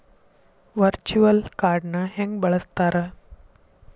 Virtual ಕಾರ್ಡ್ನ ಹೆಂಗ ಬಳಸ್ತಾರ?